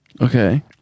Okay